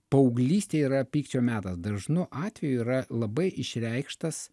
paauglystė yra pykčio metas dažnu atveju yra labai išreikštas